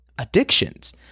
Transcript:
addictions